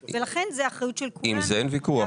לכן זאת אחריות של כולנו על זה אין ויכוח.